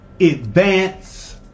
advance